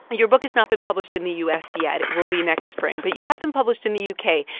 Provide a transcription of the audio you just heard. your book has not been published in the u s. yet it will be next spring but you have been published in the u k.